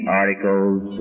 articles